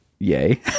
yay